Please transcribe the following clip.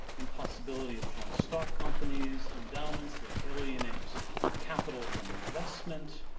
impossibility of joint stock companies, endowments that alienate capital from investment,